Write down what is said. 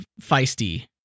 feisty